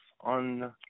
on